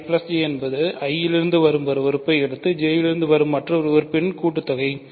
I J என்பது I இருந்து ஒரு உறுப்பை எடுத்து J இலிருந்து வரும் மற்றொரு உறுப்பின் கூட்டுத்தொகை